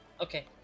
Okay